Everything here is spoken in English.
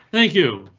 thank you.